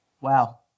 Wow